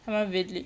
他们 villag~